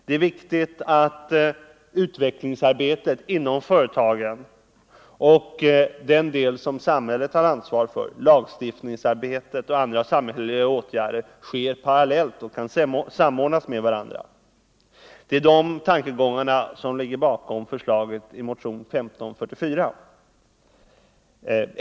Det är angeläget att utvecklingsarbetet inom företagen och inom den del som samhället tar ansvar för — lagstiftningsarbetet och de andra samhälleliga åtgärderna — sker parallellt och kan samordnas med varandra. Det är de tankegångarna som ligger bakom förslaget i motionen 1544.